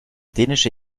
dänische